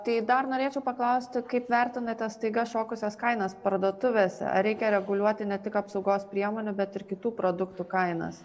tai dar norėčiau paklausti kaip vertinate staiga šokusias kainas parduotuvėse ar reikia reguliuoti ne tik apsaugos priemonių bet ir kitų produktų kainas